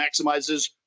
maximizes